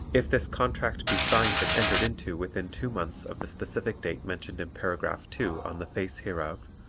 if this contract be signed and entered into within two months of the specific date mentioned in paragraph two on the face hereof,